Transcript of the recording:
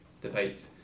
debate